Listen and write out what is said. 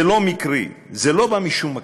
זה לא מקרי, זה לא בא משום מקום.